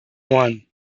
one